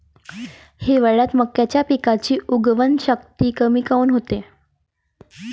हिवाळ्यात मक्याच्या पिकाची उगवन शक्ती कमी काऊन होते?